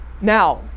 Now